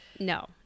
No